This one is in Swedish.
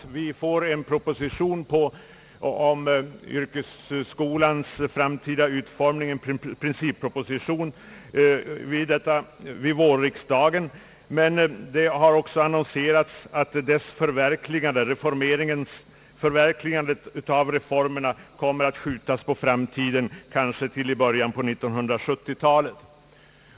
Till vårriksdagen kommer en principproposition om yrkesskolans framtida utformning, men det har också annonserats att förverkligandet kommer att skjutas på framtiden, kanske till i början av 1970-talet.